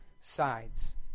sides